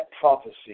prophecy